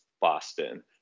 Boston